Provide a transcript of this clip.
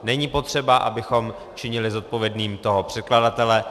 Není potřeba, abychom činili zodpovědným toho překladatele.